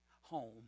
Home